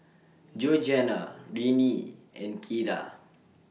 Georgiana Renea and Kyra